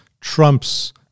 trumps